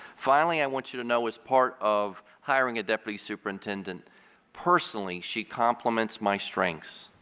finally i want you to know as part of hiring a deputy superintendent personally she complements my strengths.